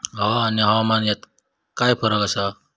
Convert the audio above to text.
हवा आणि हवामानात काय फरक असा?